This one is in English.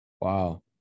Wow